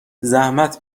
زحمت